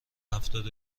هفتاد